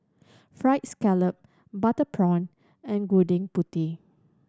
Fried Scallop Butter Prawn and Gudeg Putih